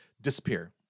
disappear